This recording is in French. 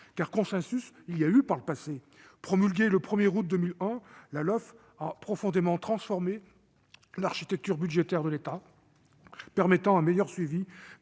car consensus il y a eu par le passé ... Promulguée le 1 août 2001, la LOLF a profondément transformé l'architecture budgétaire de l'État, permettant un meilleur suivi